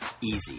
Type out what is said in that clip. easy